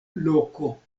loko